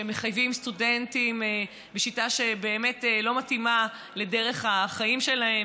שמחייבים סטודנטים בשיטה שבאמת לא מתאימה לדרך החיים שלהם,